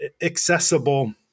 accessible